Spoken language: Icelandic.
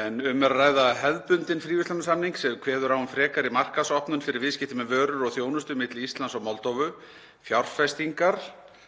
en um er að ræða hefðbundinn fríverslunarsamning sem kveður á um frekari markaðsopnun fyrir viðskipti með vörur og þjónustu milli Íslands og Moldóvu, fjárfestingar,